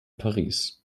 paris